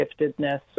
giftedness